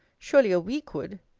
surely a week would?